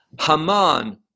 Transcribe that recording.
Haman